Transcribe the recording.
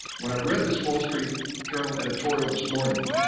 when i read this wall street journal editorial this morning,